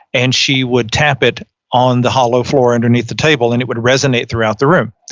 and she would tap it on the hollow floor underneath the table and it would resonate throughout the room.